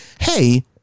Hey